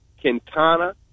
Quintana